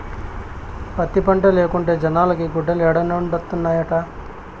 పత్తి పంటే లేకుంటే జనాలకి గుడ్డలేడనొండత్తనాయిట